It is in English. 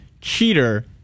cheater